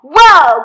Whoa